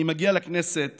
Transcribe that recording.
אני מגיע לכנסת